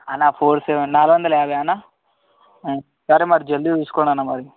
అన్న four seven నాలుగు వందల యాభై అన్న సరే మరి జల్దీ చూసుకోండి అన్న మరి